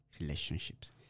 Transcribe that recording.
relationships